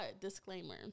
disclaimer